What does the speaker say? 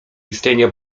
istnienia